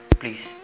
please